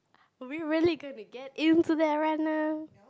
are we really get into get into that right now